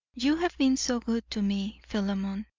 you have been so good to me, philemon,